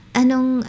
anong